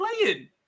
playing